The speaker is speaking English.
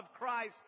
Christ